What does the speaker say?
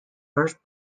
first